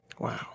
Wow